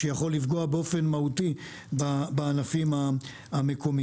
שיכול לפגוע באופן מהותי בענפים המקומיים.